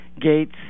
gates